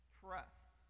trust